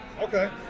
Okay